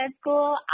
school